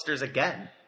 again